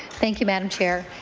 thank you madam chair.